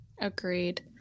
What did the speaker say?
agreed